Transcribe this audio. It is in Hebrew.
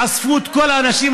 אספו את כל האנשים,